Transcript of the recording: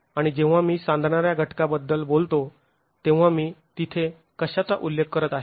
आणि जेव्हा मी सांधणाऱ्या घटकाबद्दल बोलतो तेव्हा मी तिथे कशाचा उल्लेख करत आहे